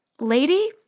Lady